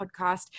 podcast